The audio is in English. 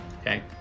Okay